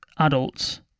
adults